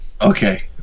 Okay